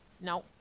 no